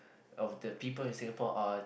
of the people in Singapore are